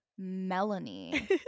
melanie